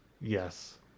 Yes